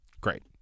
great